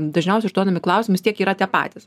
dažniausiai užduodami klausimus tiek yra tie patys